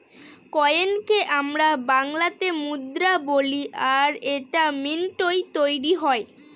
কয়েনকে আমরা বাংলাতে মুদ্রা বলি আর এটা মিন্টৈ তৈরী হয়